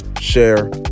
share